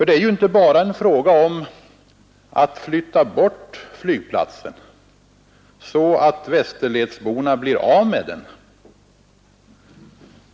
Det är inte bara en fråga om att flytta bort flygplatsen så att Västerledsborna blir av med den.